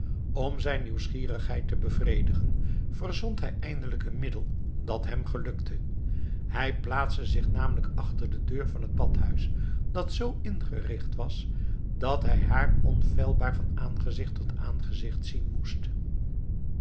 om zijn nieuwsgierigheid te bevredigen verzon hij eindelijk een middel dat hem gelukte hij plaatste zich namelijk achter de deur van het badhuis dat zoo ingericht was dat hij haar onfeilbaar van aangezicht tot aangezicht zien moest